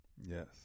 Yes